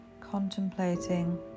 contemplating